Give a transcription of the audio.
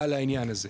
על העניין הזה,